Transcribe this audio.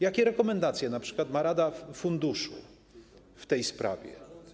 Jakie rekomendacje np. ma rada funduszu w tej sprawie?